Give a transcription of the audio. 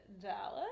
Dallas